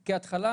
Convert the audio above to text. כהתחלה,